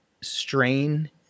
strain